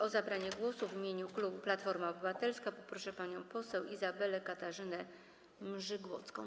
O zabranie głosu w imieniu klubu Platforma Obywatelska poproszę panią poseł Izabelę Katarzynę Mrzygłocką.